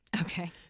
okay